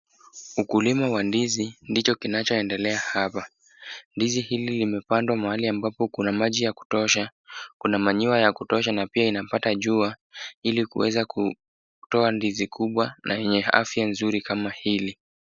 Ukulima wa ndizi, ndicho kinacho endelea hapa. Ndizi hili limepandwa mahali ambapo kuna maji ya kutosha. Kuna manyua ya kutosha na pia inapata jua, ili kuweza kutoa ndizi kubwa na yenye afya nzuri kama hili.